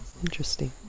Interesting